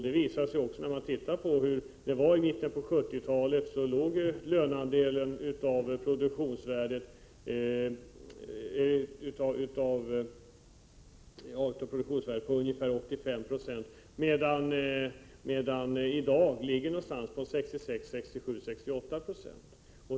Det visar sig också att i mitten av 70-talet låg löneandelen av produktionsvärdet på ungefär 85 26, medan den i dag ligger på 66, 67 eller 68 90.